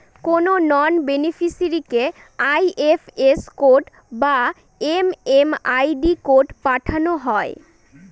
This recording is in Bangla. কোনো নন বেনিফিসিরইকে আই.এফ.এস কোড বা এম.এম.আই.ডি কোড পাঠানো হয়